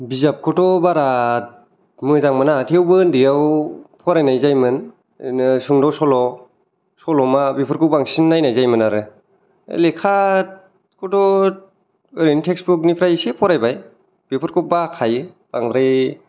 बिजाबखौथ' बारा मोजां मोना थेवबो ओन्दैआव फरायनाय जायोमोन ओरैनो सुंद' सल' सल'मा बेफोरखौ बांसिन नायनाय जायोमोन आरो लेखा खौथ' ओरैनो टेक्स बुकनिफाय एसे फरायबाय बेफोरखौ बाखायो बांद्राय